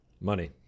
Money